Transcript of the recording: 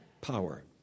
power